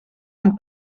amb